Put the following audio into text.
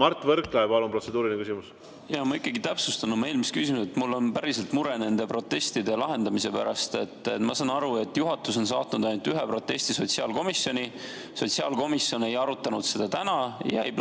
Mart Võrklaev, palun, protseduuriline küsimus! Ma ikkagi täpsustan oma eelmist küsimust. Mul on päriselt mure nende protestide lahendamise pärast. Ma saan aru, et juhatus on saatnud ainult ühe protesti sotsiaalkomisjoni. Sotsiaalkomisjon ei arutanud seda täna ja töökava järgi ei